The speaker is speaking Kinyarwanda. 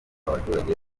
baturage